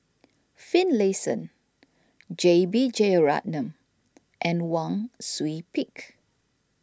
Finlayson J B Jeyaretnam and Wang Sui Pick